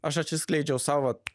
aš atsiskleidžiau sau vat